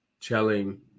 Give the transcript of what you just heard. telling